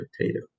potato